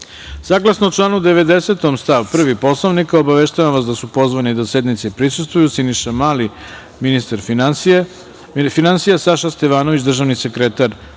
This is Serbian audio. godinu. Saglasno članu 90. stav 1. Poslovnika obaveštavam vas da su pozvani da sednici prisustvuju Siniša Mali ministar finansija, Saša Stevanović, državni sekretar